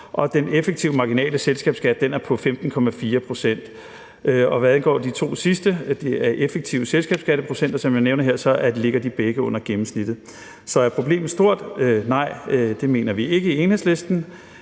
den effektive marginale selskabsskat er på 15,4 pct. Og hvad angår de to sidste af de effektive selskabsskatteprocenter, som jeg nævner her, så ligger de begge under gennemsnittet. Så er problemet stort? Nej, det mener vi ikke i Enhedslisten.